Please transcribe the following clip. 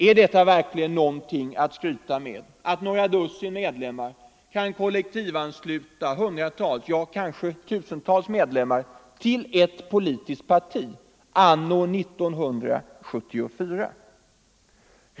Är det verkligen något att skryta med att några dussin medlemmar kan kollektivansluta hundratals, ja kanske tusentals medlemmar till ett politiskt parti anno 1974?